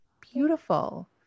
beautiful